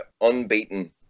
unbeaten